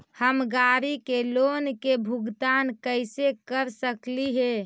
हम गाड़ी के लोन के भुगतान कैसे कर सकली हे?